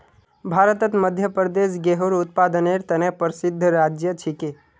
भारतत मध्य प्रदेश गेहूंर उत्पादनेर त न प्रसिद्ध राज्य छिके